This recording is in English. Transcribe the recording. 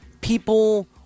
People